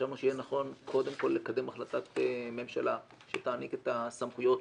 חשבנו שיהיה נכון קודם כל לקדם החלטת ממשלה שתעניק את הסמכויות